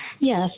Yes